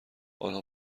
آنها